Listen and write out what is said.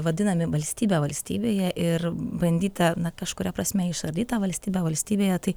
vadinami valstybe valstybėje ir bandyta na kažkuria prasme išardyt tą valstybę valstybėje tai